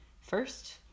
First